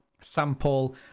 sample